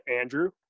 Andrew